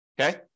okay